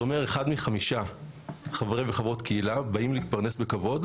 זה אומר אחד מחמישה מחברי וחברות קהילה באים להתפרנס בכבוד,